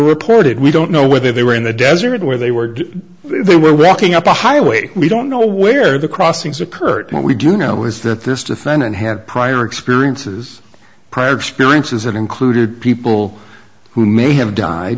reported we don't know whether they were in the desert where they were they were walking up a highway we don't know where the crossings occurred what we do know is that this defendant had prior experiences prior experiences that included people who may have died